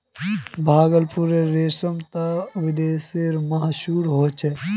भागलपुरेर रेशम त विदेशतो मशहूर छेक